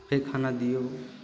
फेर खाना दिऔ